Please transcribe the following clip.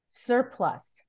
surplus